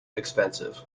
expensive